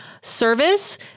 service